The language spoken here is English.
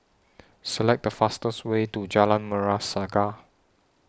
Select The fastest Way to Jalan Merah Saga